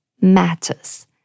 matters